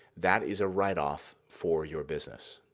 that is a write-off for your business,